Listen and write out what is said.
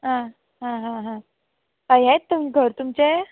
आं आं आं आं आं येंच तुम घर तुमचें